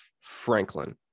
Franklin